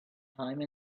time